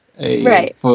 Right